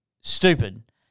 stupid